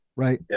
Right